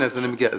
אני מגיע לזה.